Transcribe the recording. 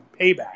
payback